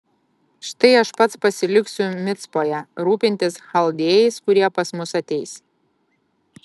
štai aš pats pasiliksiu micpoje rūpintis chaldėjais kurie pas mus ateis